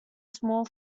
small